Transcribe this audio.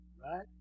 Right